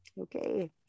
okay